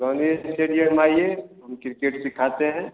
Gandhi stadium आइए हम cricket सीखाते हैं